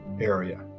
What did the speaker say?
area